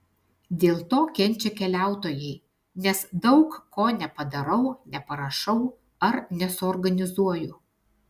dėl to kenčia keliautojai nes daug ko nepadarau neparašau ar nesuorganizuoju